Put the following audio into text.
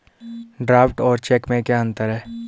Draft और cheque में क्या अंतर है?